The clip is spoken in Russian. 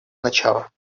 начала